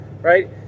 right